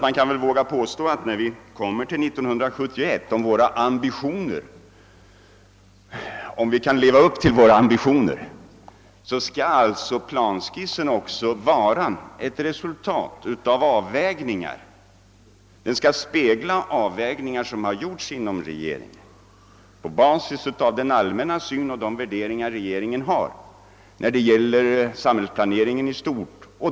Jag kan alltså våga påstå att den planskiss, som vi skall lägga fram år 1971 om vi kan leva upp till våra ambitioner, kommer att spegla avvägningar mellan fysisk och ekonomisk planering som gjorts inom regeringen på basis av de värderingar vi har när det gäller samhällsplaneringen i stort.